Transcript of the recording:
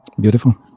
Beautiful